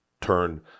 turn